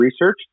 research